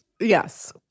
Yes